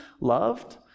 loved